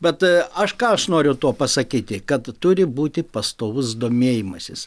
bet aš ką aš noriu tuo pasakyti kad turi būti pastovus domėjimasis